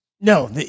No